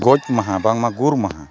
ᱜᱚᱡ ᱢᱟᱦᱟ ᱵᱟᱝᱢᱟ ᱜᱩᱨ ᱢᱟᱦᱟ